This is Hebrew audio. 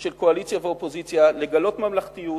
של קואליציה ואופוזיציה, לגלות ממלכתיות.